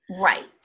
Right